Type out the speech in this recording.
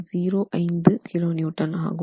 05kN ஆகும்